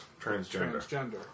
Transgender